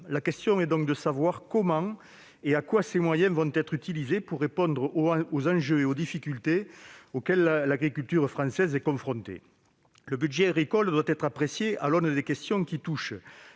La question est donc de savoir comment et à quoi ces moyens vont être utilisés pour répondre aux enjeux et aux difficultés auxquels l'agriculture française est confrontée. Le budget agricole doit être apprécié à l'aune des questions qui concernent